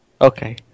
Okay